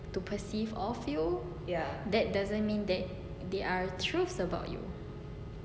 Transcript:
to perceive of you that doesn't mean that they are truths about you